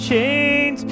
Chains